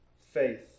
Faith